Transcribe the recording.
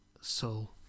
soul